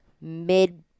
mid